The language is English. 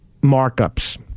markups